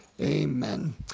amen